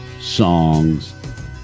songs